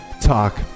Talk